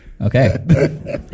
Okay